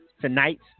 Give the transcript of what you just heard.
tonight